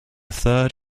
third